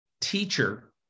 teacher